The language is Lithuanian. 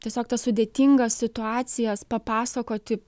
tiesiog tas sudėtingas situacijas papasakoti